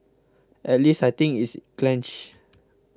at least I think it's clenched